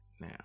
now